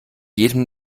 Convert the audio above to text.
jedem